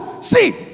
See